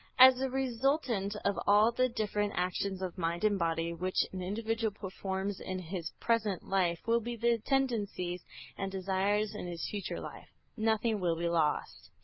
as a resultant of all the different actions of mind and body which an individual performs in his present life, will be the tendencies and desires in his future life nothing will be lost.